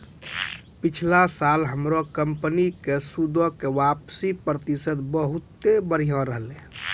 पिछला साल हमरो कंपनी के सूदो के वापसी प्रतिशत बहुते बढ़िया रहलै